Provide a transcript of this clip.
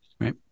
Right